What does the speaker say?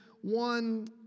one